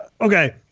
Okay